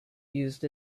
used